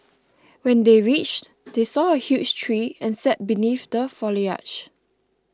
when they reached they saw a huge tree and sat beneath the foliage